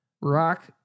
rock